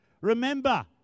Remember